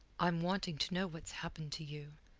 i'm wanting to know what's happened to you.